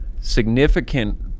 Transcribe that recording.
significant